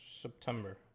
September